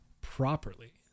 properly